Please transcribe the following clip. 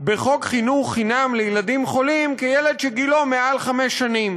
בחוק חינוך חינם לילדים חולים כילד שגילו מעל חמש שנים,